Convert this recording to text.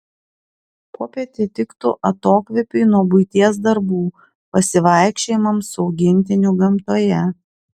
popietė tiktų atokvėpiui nuo buities darbų pasivaikščiojimams su augintiniu gamtoje